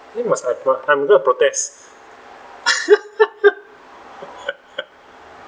think must unplug I'm going to protest